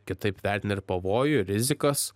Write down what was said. kitaip vertina ir pavojų ir rizikas